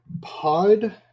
Pod